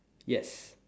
yes